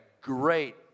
great